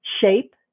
shape